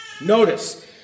notice